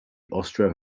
austro